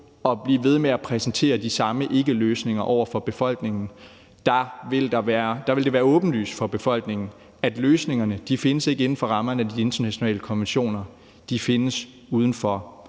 og blive ved med at præsentere de samme ikkeløsninger over for befolkningen. Der vil det være åbenlyst for befolkningen, at løsningerne ikke findes inden for rammerne af de internationale konventioner, de findes uden for